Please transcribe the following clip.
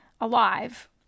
alive